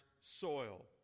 soil